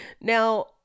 Now